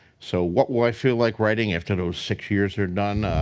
so, what will i feel like writing after those six years are done?